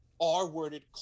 r-worded